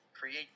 create